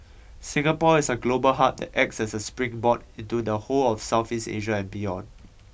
Singapore is a global hub that acts as a springboard into the whole of Southeast Asia and beyond